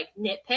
nitpick